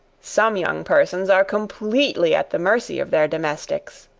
some young persons are completely at the mercy of their domestics.